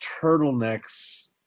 turtlenecks